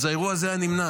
אז האירוע הזה היה נמנע,